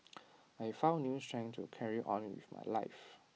I found new strength to carry on with my life